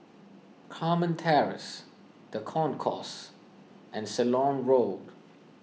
Carmen Terrace the Concourse and Ceylon Road